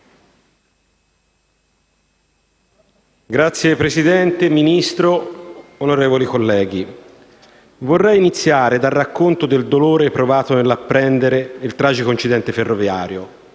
Signor Presidente, signor Ministro, onorevoli colleghi, vorrei iniziare dal racconto del dolore provato nell'apprendere del tragico incidente ferroviario,